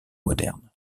modernes